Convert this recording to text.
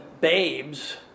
babes